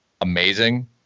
amazing